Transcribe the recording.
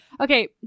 Okay